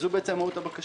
מהות הבקשה.